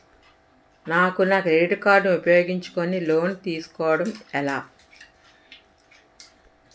నాకు నా credit card ఉపయోగించుకుని లోన్ తిస్కోడం ఎలా?